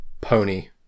pony